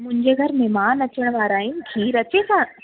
मुंहिंजे घरु महिमान अचण वारा आहिनि खीर अचे छा